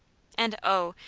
and oh!